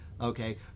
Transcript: okay